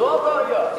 זו הבעיה.